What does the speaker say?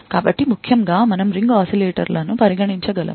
కాబట్టి ముఖ్యంగా మనము రింగ్ ఆసిలేటర్లను పరిగణించగలము